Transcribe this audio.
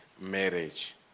marriage